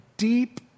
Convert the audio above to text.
deep